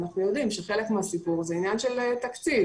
אנחנו יודעים שחלק מהסיפור זה עניין של תקציב.